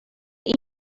این